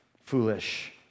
foolish